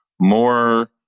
more